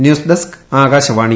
news desk Akashvani